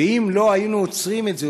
ואם לא היינו עוצרים את זה,